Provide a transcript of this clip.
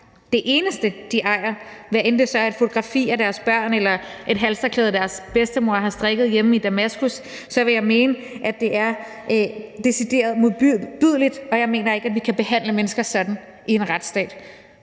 det eneste, de ejer, hvad end det så er et fotografi af deres børn eller et halstørklæde, som deres bedstemor har strikket hjemme i Damaskus, vil jeg mene er decideret modbydeligt, og jeg mener ikke, at vi kan behandle mennesker sådan i en retsstat.